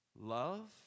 love